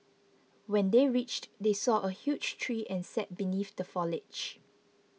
when they reached they saw a huge tree and sat beneath the foliage